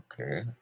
okay